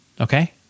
Okay